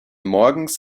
morgens